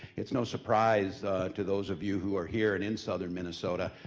it's no surprise to those of you who are here and in southern minnesota ah